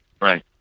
Right